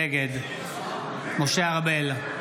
נגד משה ארבל,